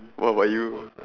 what about you